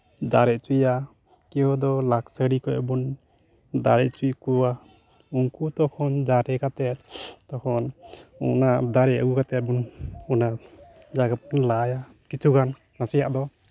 ᱫᱟᱨᱮ ᱦᱚᱪᱚᱭᱟ ᱠᱮᱣ ᱫᱚ ᱱᱟᱨᱥᱟᱨᱤ ᱠᱷᱚᱱ ᱵᱚᱱ ᱫᱟᱨᱮ ᱦᱚᱪᱚ ᱠᱚᱣᱟ ᱩᱱᱠᱩ ᱛᱚᱠᱷᱚᱱ ᱫᱟᱨᱮ ᱠᱟᱛᱮᱫ ᱛᱚᱠᱷᱚᱱ ᱚᱱᱟ ᱫᱟᱨᱮ ᱟᱹᱜᱩ ᱠᱟᱛᱮᱫ ᱵᱚᱱ ᱚᱱᱟ ᱡᱟᱭᱜᱟ ᱵᱚᱱ ᱞᱟᱭᱟ ᱠᱤᱪᱷᱩᱜᱟᱱ ᱱᱟᱥᱮᱭᱟᱜ ᱫᱚ